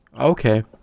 Okay